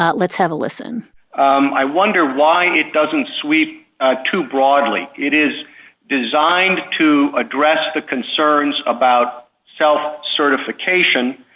ah let's have a listen um i wonder why it doesn't sweep ah too broadly. it is designed to address the concerns about self certification